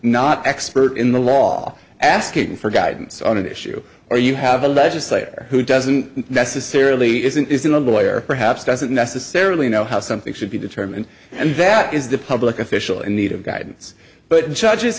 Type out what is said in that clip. not expert in the law asking for guidance on an issue or you have a legislator who doesn't necessarily isn't isn't a lawyer perhaps doesn't necessarily know how something should be determined and that is the public official in need of guidance but